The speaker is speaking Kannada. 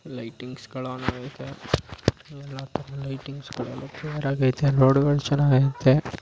ಲೈಟಿಂಗ್ಸುಗಳು ಆನ್ ಆಗೈತೆ ಎಲ್ಲ ಕಡೆ ಲೈಟಿಂಗ್ಸುಗಳು ಕ್ಲಿಯರ್ ಆಗೈತೆ ರೋಡುಗಳು ಚೆನ್ನಾಗೈತೆ